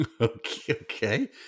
Okay